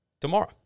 tomorrow